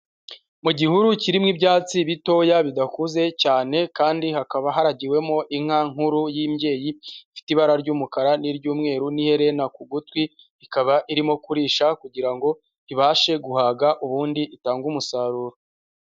Mu gihuru kirimo ibyatsi bitoya bidakuze cyane, kandi hakaba haragiwemo inka nkuru y'imbyeyi ifite ibara ry'umukara n'iry'umweru n'iherena ku gutwi, ikaba irimo kurisha kugira ngo ibashe guhaga ubundi itange umusaruro.